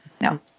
No